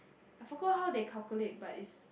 I forgot how they calculate but it's